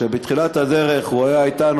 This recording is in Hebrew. שבתחילת הדרך היה אתנו,